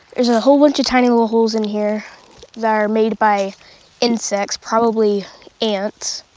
there's a whole bunch of tiny little holes in here that are made by insects probably ants.